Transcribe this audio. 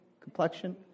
complexion